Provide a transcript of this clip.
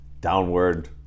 downward